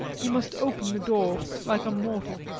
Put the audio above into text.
he must open the door like a mortal.